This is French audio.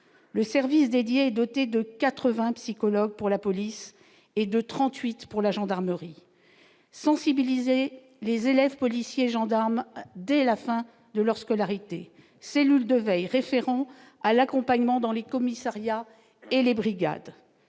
le service dédié, doté de 80, psychologue pour la police et de 38 pour la la gendarmerie, sensibiliser les élèves policiers gendarmes dès la fin de leur scolarité, cellule de veille référant à l'accompagnement dans les commissariats et les Brigades